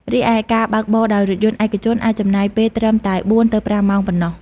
រីឯការបើកបរដោយរថយន្តឯកជនអាចចំណាយពេលត្រឹមតែ ៤ទៅ៥ ម៉ោងប៉ុណ្ណោះ។